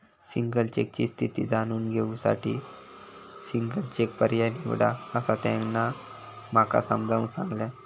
single चेकची स्थिती जाणून घेऊ साठी सिंगल चेक पर्याय निवडा, असा त्यांना माका समजाऊन सांगल्यान